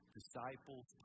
Disciples